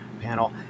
panel